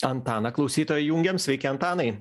antaną klausytojai jungiam sveiki antanai